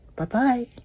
Bye-bye